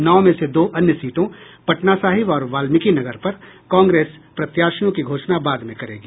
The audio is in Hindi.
नौ में से दो अन्य सीटों पटना साहिब और वाल्मिकीनगर पर कांग्रेस प्रत्याशियों की घोषणा बाद में करेगी